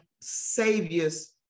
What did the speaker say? Savior's